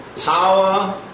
Power